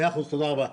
מאה אחוז, תודה רבה.